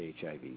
HIV